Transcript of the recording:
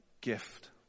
Gift